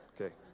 okay